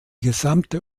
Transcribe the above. gesamte